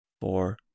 four